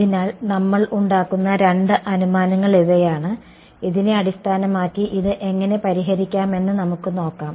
അതിനാൽ നമ്മൾ ഉണ്ടാക്കുന്ന രണ്ട് അനുമാനങ്ങൾ ഇവയാണ് ഇതിനെ അടിസ്ഥാനമാക്കി ഇത് എങ്ങനെ പരിഹരിക്കാമെന്ന് നമുക്ക് നോക്കാം